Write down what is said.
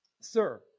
Sir